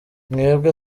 mwebwe